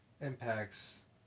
Impact's